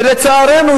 ולצערנו,